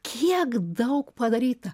kiek daug padaryta